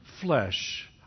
flesh